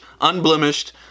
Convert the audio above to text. unblemished